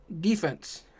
defense